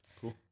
Cool